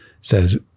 says